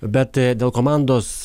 bet dėl komandos